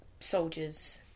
soldiers